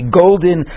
golden